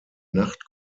nacht